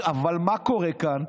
אבל מה קורה כאן?